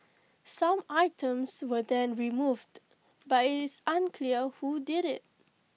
some items were then removed but IT is unclear who did IT